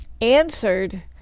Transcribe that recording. answered